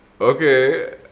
okay